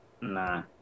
Nah